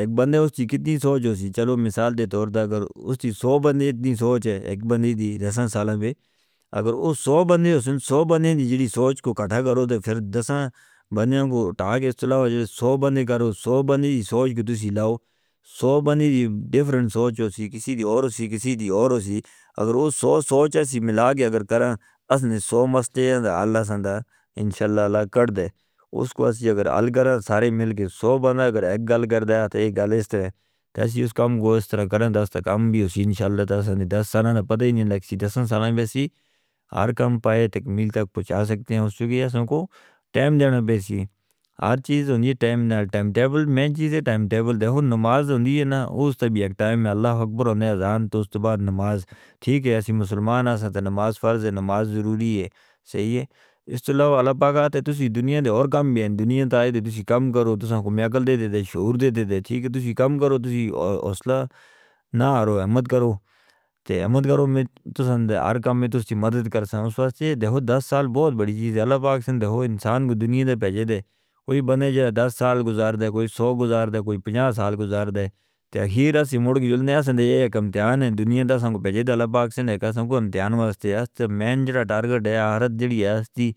ایک بندے اوہ سی کتنی سوچ ہو سی چلو مثال دے طور پر اگر اسی سو بندے اتنی سوچ ہے ایک بندے دی رسن سالم ہے۔ اگر اوہ سو بندے اسن سو بندے دی جدی سوچ کو کٹھا کرو تو پھر دسہ بندیاں کو اٹھا کے اس طرح اوہ سو بندے کرو۔ سو بندے دی سوچ کو تسی لاؤ، سو بندے دی ڈیفرن سوچ ہو سی، کسی دی اور ہو سی، کسی دی اور ہو سی۔ اگر اوہ سو سوچ ہے اسی ملا کے اگر کرنا اس نے سو مستے ہیں تو اللہ سنڈا انشاءاللہ اللہ کٹ دے اس کو۔ اسی اگر حل کر رہے سارے مل کے سو بندھا اگر ایک گل کر دے تو ایک گل اس طرح ہے کسی اس کام کو اس طرح کر دے۔ دس تک کام بھی اسی انشاءاللہ تسہنی دسنا نا پتا ہی نہیں لگسی۔ دسنا سنہ بھی اسی ہر کام پائے تکمیل تک پچاسکتے ہیں اس لیے کہ اسن کو ٹائم دینا بیسی ہر چیز ہونی ہے۔ ٹائم نال ٹائم ٹیبل مین چیز ہے۔ ٹائم ٹیبل دیکھو، نماز ہونی ہے نا اس تا بھی ایک ٹائم ہے۔ اللہ اکبر، انی اذان تیسٹ بار نماز ٹھیک ہے۔ ایسی مسلمان ہاں سانتے نماز فرض ہے، نماز ضروری ہے۔ اس طرح اللہ پاکا تے تسی دنیا دے اور کام بھی ہیں، دنیا تاہی دے تسی کام کرو، تسان کو میعقل دے دے دے شعور دے دے۔ ٹھیک ہے، تسی کام کرو، تسی حوصلہ نہ آرو، احمد کرو تے احمد کرو، تسان دے ہر کام میں تسی مدد کرسان۔ بس کہ دیکھو، دس سال بہت بڑی چیز ہے۔ اللہ پاکسن دیکھو انسان کو دنیا دے بھیجے دے، کوئی بندہ جارہ دس سال گزار دے، کوئی سو گزار دے، کوئی پچاس سال گزار دے تو اخیر اسی مڑ کے جلنے ہیں سن دے۔ یہ ایک امتحان ہے دنیا دا سن کو بھیجے دے اللہ پاکسن ایک قسم کو امتحان واسطے ہے۔ اس تا مین جڑا تارگٹ ہے آخرت جڑی ہے اس دی.